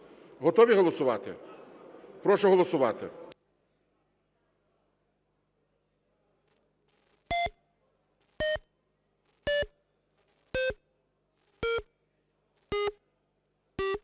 Готові голосувати? Прошу голосувати.